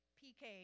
pk